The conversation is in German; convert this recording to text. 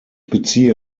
beziehe